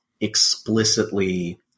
explicitly